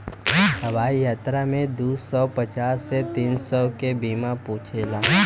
हवाई यात्रा में दू सौ पचास से तीन सौ के बीमा पूछेला